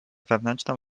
wewnętrzną